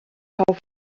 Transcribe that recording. verkauft